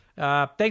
Thanks